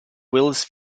wills